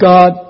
God